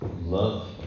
love